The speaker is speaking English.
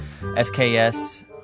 SKS